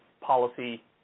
policy